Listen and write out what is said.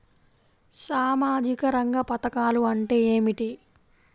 సామాజిక రంగ పధకాలు అంటే ఏమిటీ?